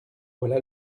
voilà